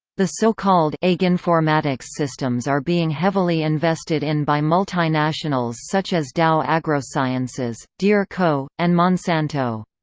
the so-called aginformatics systems are being heavily invested in by multinationals such as dow agrosciences, deere co, and monsanto.